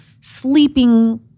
sleeping